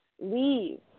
leave